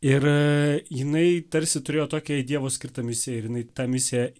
ir jinai tarsi turėjo tokią jai dievo skirtą misiją ir jinai tą misiją